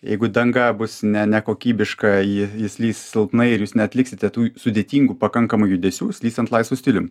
jeigu danga bus ne nekokybiška ji ji slys silpnai ir jūs neatliksite tų sudėtingų pakankamai judesių slystant laisvu stilium